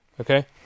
okay